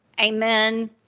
Amen